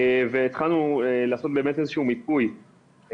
והתחלנו לעשות באמת איזה שהוא מיפוי,